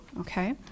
okay